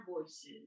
voices